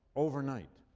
overnight.